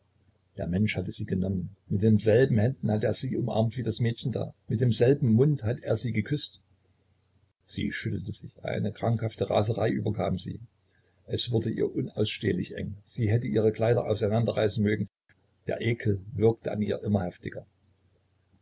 der mensch hat sie genommen mit denselben händen hat er sie umarmt wie das mädchen da mit demselben mund hat er sie geküßt sie schüttelte sich eine krankhafte raserei überkam sie es wurde ihr unausstehlich eng sie hätte ihre kleider auseinanderreißen mögen der ekel würgte an ihr immer heftiger